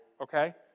Okay